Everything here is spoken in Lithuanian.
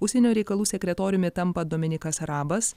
užsienio reikalų sekretoriumi tampa dominykas rabas